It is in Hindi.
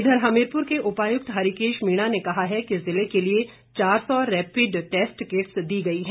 इधर हमीरपुर के उपायुक्त हरिकेश मीणा ने कहा है कि जिले के लिए चार सौ रैपिड टैस्ट किट्स दी गई हैं